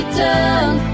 done